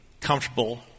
comfortable